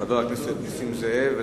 חבר הכנסת נסים זאב.